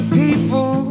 people